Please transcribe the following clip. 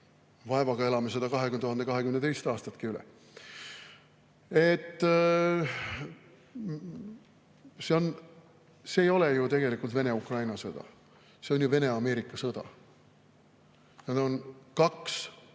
Vaevaga elame seda 2022. aastatki üle. See ei ole ju tegelikult Vene-Ukraina sõda, see on ju Vene-Ameerika sõda. Need on kaks